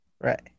Right